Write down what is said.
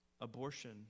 Abortion